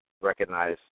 recognize